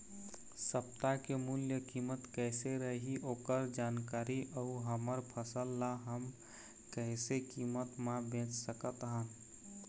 सप्ता के मूल्य कीमत कैसे रही ओकर जानकारी अऊ हमर फसल ला हम कैसे कीमत मा बेच सकत हन?